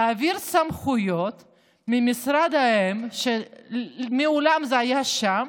להעביר סמכויות ממשרד האם, שמעולם זה היה שם,